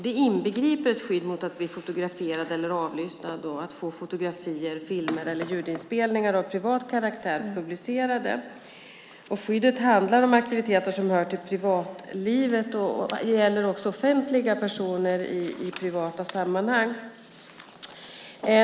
Det inbegriper ett skydd mot att bli fotograferad eller avlyssnad och att få fotografier, filmer eller ljudinspelningar av privat karaktär publicerade. Skyddet handlar om aktiviteter som hör till privatlivet och gäller också offentliga personer i privata sammanhang.